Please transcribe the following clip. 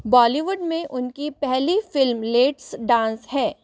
बॉलीवुड में उनकी पहली फ़िल्म लेट्स डांस है